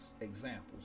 examples